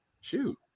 shoot